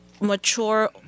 mature